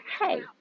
hey